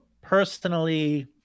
personally